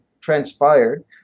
transpired